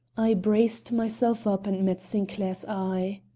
i braced myself up and met sinclair's eye.